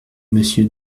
monsieur